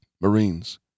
Marines